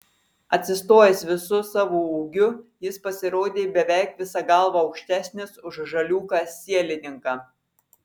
atsistojęs visu savo ūgiu jis pasirodė beveik visa galva aukštesnis už žaliūką sielininką